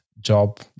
job